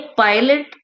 pilot